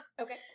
Okay